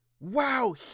Wow